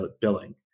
billing